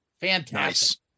fantastic